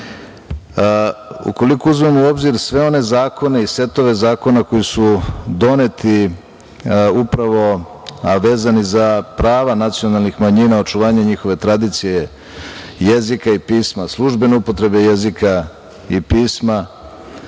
ukoliko u uzmemo u obzir sve one zakone i setove zakona koji su doneti upravo vezano za prava nacionalnih manjina i očuvanje njihove tradicije, jezika i pisma, službene upotrebe jezika i pisma,